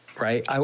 right